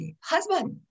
husband